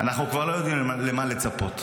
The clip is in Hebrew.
אנחנו כבר לא יודעים למה לצפות.